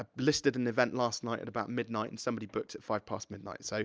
ah listed an event last night at about midnight, and somebody booked at five past midnight, so,